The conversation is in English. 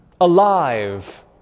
Alive